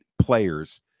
players